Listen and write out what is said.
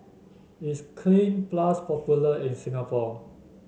is Cleanz Plus popular in Singapore